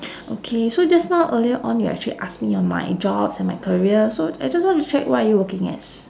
okay so just now earlier on you actually ask me on my jobs and my careers so I just want to check what are you working as